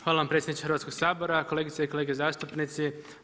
Hvala vam predsjedniče Hrvatskog sabora, kolegice i kolege zastupnici.